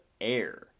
air